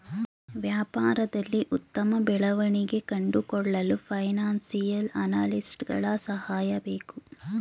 ವ್ಯಾಪಾರದಲ್ಲಿ ಉತ್ತಮ ಬೆಳವಣಿಗೆ ಕಂಡುಕೊಳ್ಳಲು ಫೈನಾನ್ಸಿಯಲ್ ಅನಾಲಿಸ್ಟ್ಸ್ ಗಳ ಸಹಾಯ ಬೇಕು